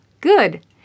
Good